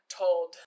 told